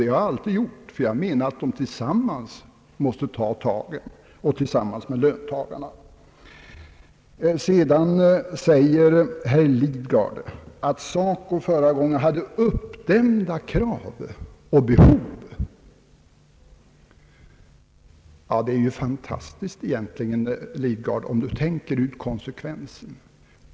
Så har jag alltid gjort, ty jag anser att de tillsammans måste ta tagen och komma överens med löntagarna. Sedan säger herr Lidgard, att SACO förra gången hade »uppdämda krav och behov». Det blir ju egentligen ett fantastiskt resultat, om herr Lidgard drar ut konsekvensen av sitt resonemang.